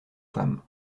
femme